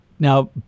Now